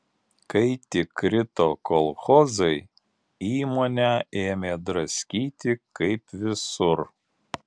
kai tik krito kolchozai įmonę ėmė draskyti kaip visur